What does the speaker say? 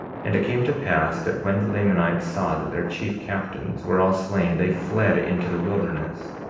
and it came to pass, that when the lamanites saw that their chief captains were all slain they fled into the wilderness.